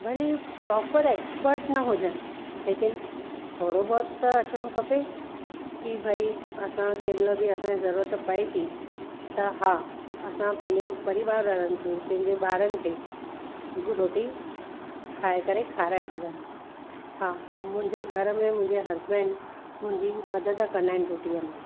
भले proper expert न हुजनि लेकिन थोरो बहुत त अचिणो खपे की भाई असां कंहिंमहिल बि असांजे ज़रूरत पए थी त हा असां पंहिंजे परिवार वारनि खे पंहिंजे ॿारनि खे रोटी ठाहे करे खाराए सघनि हा मुंहिंजे घर में मुंहिंजे हज़बैंड मुंहिंजी मदद कंदा आहिनि रोटीअ में